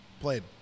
Played